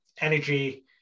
energy